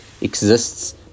exists